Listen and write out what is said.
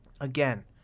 Again